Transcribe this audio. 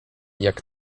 jak